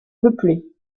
peuplée